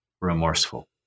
remorseful